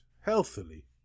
healthily